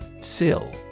Sill